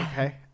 Okay